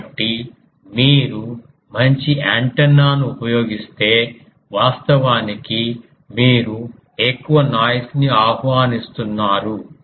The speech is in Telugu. కాబట్టి మీరు మంచి యాంటెన్నా ను ఉపయోగిస్తే వాస్తవానికి మీరు ఎక్కువ నాయిస్ ని ఆహ్వానిస్తున్నారు